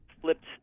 flipped